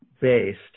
based